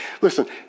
Listen